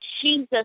Jesus